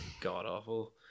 god-awful